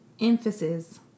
emphasis